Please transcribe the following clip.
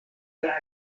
tra